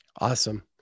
awesome